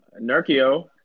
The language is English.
Nurkio